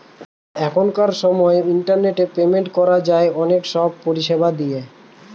এখনকার সময় internet payment করা যায় অনেক সব পরিষেবা দিয়ে